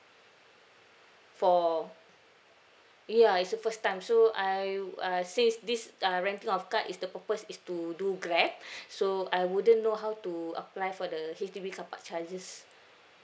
for ya it's a first time so I uh since this uh renting of car is the purpose is to do grab so I wouldn't know how to apply for the H_D_B car park charges